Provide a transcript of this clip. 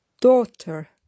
Daughter